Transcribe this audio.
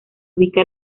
ubica